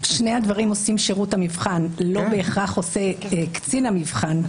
שני הדברים עושה שירות המבחן לא בהכרח עושה קצין המבחן.